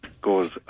goes